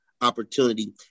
opportunity